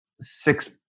Six